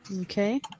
Okay